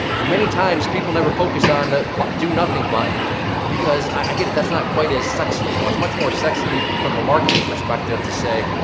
and many times people never focus on the but do nothing button because, i get it, that's not quite as sexy. you know it's much more sexy from a marketing perspective to say,